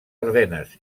ardenes